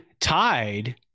tied